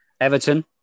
Everton